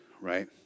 right